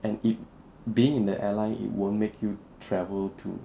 and it being in the airline it won't make you travel to